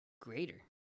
greater